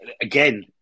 Again